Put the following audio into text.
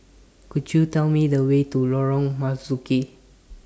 Could YOU Tell Me The Way to Lorong Marzuki